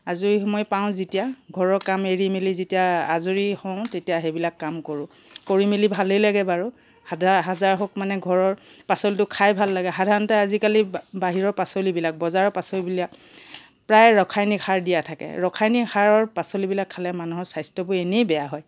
আজৰি সময় পাওঁ যেতিয়া ঘৰৰ কাম এৰি মেলি যেতিয়া আজৰি হওঁ তেতিয়া সেইবিলাক কাম কৰোঁ কৰি মেলি ভালেই লাগে বাৰু হাদা হাজাৰ হওক মানে ঘৰৰ পাচলিটো খাই ভাল লাগে সাধাৰণতে আজিকালি বা বাহিৰৰ পাচলিবিলাক বজাৰৰ পাচলিবিলাক প্ৰায় ৰাসায়নিক সাৰ দিয়া থাকে ৰাসায়নিক সাৰৰ পাচলিবিলাক খালে মানুহৰ স্বাস্থ্যবোৰ এনেই বেয়া হয়